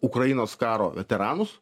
ukrainos karo veteranus